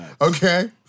Okay